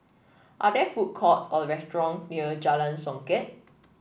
are there food courts or restaurant near Jalan Songket